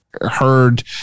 heard